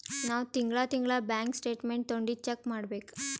ನಾವ್ ತಿಂಗಳಾ ತಿಂಗಳಾ ಬ್ಯಾಂಕ್ ಸ್ಟೇಟ್ಮೆಂಟ್ ತೊಂಡಿ ಚೆಕ್ ಮಾಡ್ಬೇಕ್